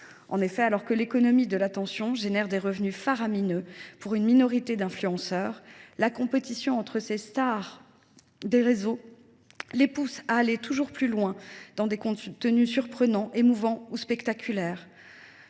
En effet, alors que l’économie de l’attention génère des revenus faramineux pour une minorité d’influenceurs, la compétition entre ces stars des réseaux les pousse à aller toujours plus loin dans des contenus surprenants, émouvants ou spectaculaires.